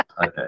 Okay